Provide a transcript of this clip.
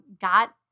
got